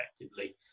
effectively